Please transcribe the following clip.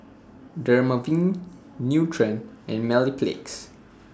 Dermaveen Nutren and